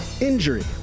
Injury